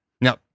Now